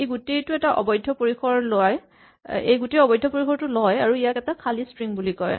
ই গোটেই এই অবৈধ্য পৰিসৰটো লয় আৰু আৰু ইয়াক এটা খালী ষ্ট্ৰিং বুলি কয়